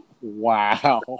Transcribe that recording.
Wow